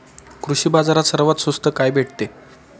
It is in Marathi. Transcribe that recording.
कृषी बाजारात सर्वात स्वस्त काय भेटते?